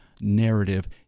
narrative